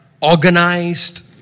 organized